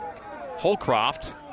Holcroft